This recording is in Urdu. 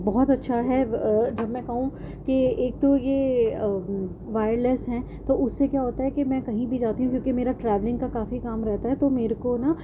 بہت اچھا ہے جب میں کہوں کہ ایک تو یہ وائر لیس ہیں تو اس سے کیا ہوتا ہے کہ میں کہیں بھی جاتی ہوں کیونکہ میرا ٹراولنگ کا کافی کام رہتا ہے تو میرے کو نا